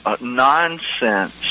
nonsense